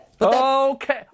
Okay